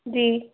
जी